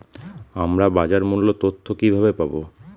আমরা বাজার মূল্য তথ্য কিবাবে পাবো?